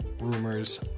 rumors